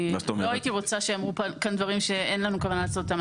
לא הייתי רוצה שייאמרו כאן דברים שאין כוונה לעשות אותם.